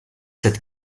cette